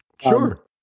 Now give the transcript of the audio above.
sure